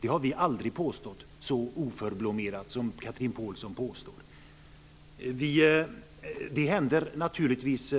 Det har vi aldrig påstått så oförblommerat som Chatrine Pålsson påstår. Det händer naturligtvis